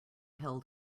held